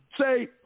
say